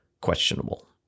questionable